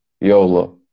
YOLO